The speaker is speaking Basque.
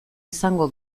izango